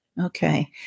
Okay